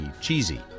cheesy